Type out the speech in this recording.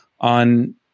on